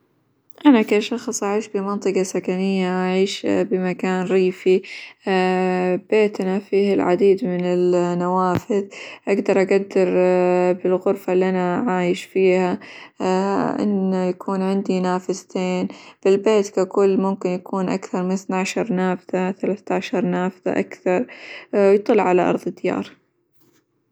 أنا كشخص أعيش بمنطقة سكنية أعيش بمكان ريفي، بيتنا فيه العديد من النوافذ، أقدَر أقدّر بالغرفة اللي أنا عايش فيها إن يكون عندي نافذتين، بالبيت ككل ممكن يكون أكثر من إثناعشر نافذة ثلاثةعشر نافذة أكثر يطل على أرظ الديار.